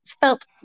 Felt